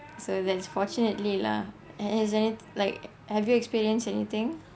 so that's fortunately lah and is any like have you experienced anything